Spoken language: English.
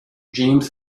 james